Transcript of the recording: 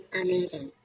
amazing